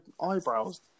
eyebrows